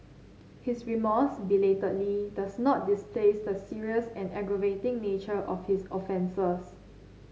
his remorse belatedly does not displace the serious and aggravating nature of his offences